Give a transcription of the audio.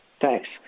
Thanks